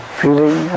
feeling